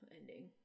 ending